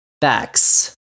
backs